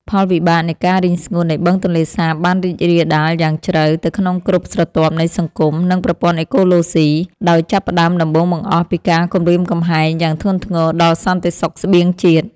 ផលវិបាកនៃការរីងស្ងួតនៃបឹងទន្លេសាបបានរីករាលដាលយ៉ាងជ្រៅទៅក្នុងគ្រប់ស្រទាប់នៃសង្គម និងប្រព័ន្ធអេកូឡូស៊ី ដោយចាប់ផ្តើមដំបូងបង្អស់ពីការគំរាមកំហែងយ៉ាងធ្ងន់ធ្ងរដល់សន្តិសុខស្បៀងជាតិ។